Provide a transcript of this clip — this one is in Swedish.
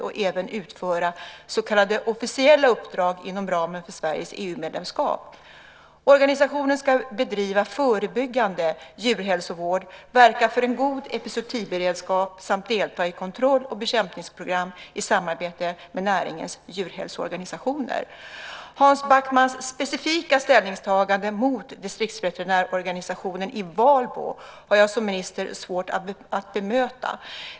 Man ska även utföra så kallade officiella uppdrag inom ramen för Sveriges EU-medlemskap. Organisationen ska bedriva förebyggande djurhälsovård, verka för en god epizootiberedskap samt delta i kontroll och bekämpningsprogram i samarbete med näringens djurhälsoorganisationer. Hans Backmans specifika ställningstagande mot distriktsveterinärorganisationen i Valbo har jag som minister svårt att bemöta.